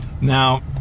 Now